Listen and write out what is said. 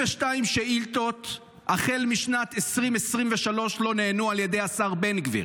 62 שאילתות החל משנת 2023 לא נענו על ידי השר בן גביר.